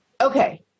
Okay